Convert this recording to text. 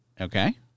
Okay